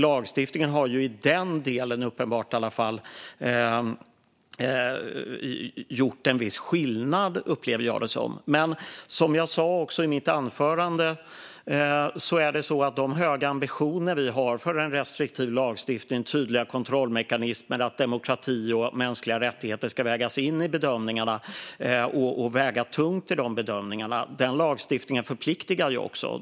Lagstiftningen har, i alla fall i den delen, uppenbarligen gjort viss skillnad, upplever jag det som. Som jag sa i mitt anförande har vi höga ambitioner för en restriktiv lagstiftning med tydliga kontrollmekanismer, där demokrati och mänskliga rättigheter ska vägas in i bedömningarna och väga tungt. Denna lagstiftning förpliktar.